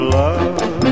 love